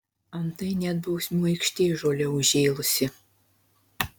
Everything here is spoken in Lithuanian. antai net bausmių aikštė žole užžėlusi